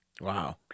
Wow